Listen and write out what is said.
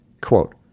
Quote